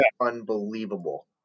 unbelievable